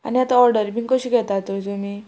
आनी आतां ऑर्डरी बीन कशी घेता तर तुमी